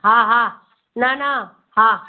हा हा न न हा